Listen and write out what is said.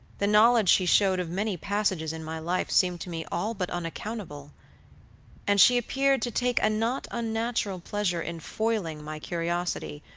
the knowledge she showed of many passages in my life seemed to me all but unaccountable and she appeared to take a not unnatural pleasure in foiling my curiosity,